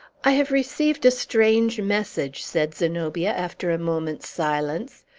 i have received a strange message, said zenobia, after a moment's silence,